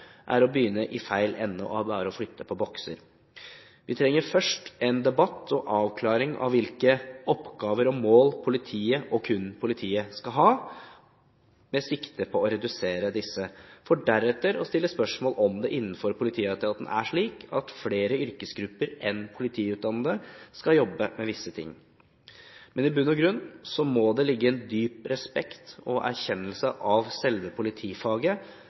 er å begynne i feil ende og bare flytte på bokser. Vi trenger først en debatt og avklaring om hvilke oppgaver og mål politiet – og kun politiet – skal ha med sikte på å redusere disse, for deretter å stille spørsmål om det innenfor politietaten er slik at flere yrkesgrupper enn politiutdannede skal jobbe med visse ting. I bunn og grunn må det ligge en dyp respekt og erkjennelse av selve politifaget,